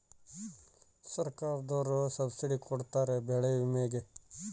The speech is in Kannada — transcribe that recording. ಸರ್ಕಾರ್ದೊರು ಸಬ್ಸಿಡಿ ಕೊಡ್ತಾರ ಬೆಳೆ ವಿಮೆ ಗೇ